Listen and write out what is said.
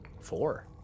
Four